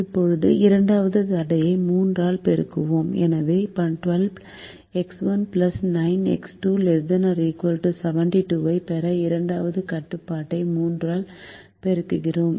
இப்போது இரண்டாவது தடையை 3 ஆல் பெருக்குவோம் எனவே 12X1 9X2 ≤ 72 ஐப் பெற இரண்டாவது கட்டுப்பாட்டை 3 ஆல் பெருக்குகிறோம்